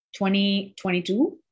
2022